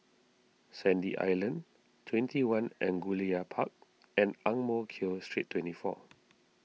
Sandy Island twenty one Angullia Park and Ang Mo Kio Street twenty four